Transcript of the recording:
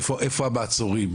איפה המעצורים?